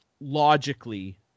logically